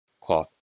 cloth